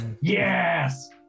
Yes